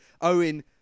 Owen